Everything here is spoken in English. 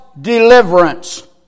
deliverance